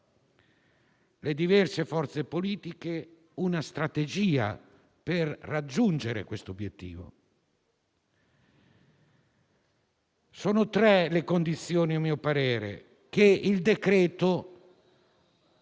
le diverse forze politiche, una strategia per raggiungere questo obiettivo. Sono tre le condizioni, a mio parere, che il decreto